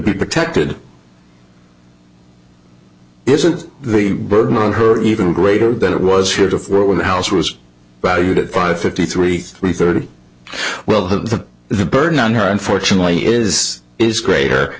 be protected isn't the burden on her even greater than it was heretofore when the house was valued at five fifty three three thirty well the burden on her unfortunately is is greater